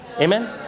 Amen